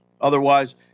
Otherwise